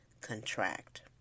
contract